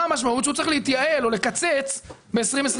המשמעות היא שהוא צריך להתייעל או לקצץ מ-2021.